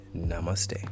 namaste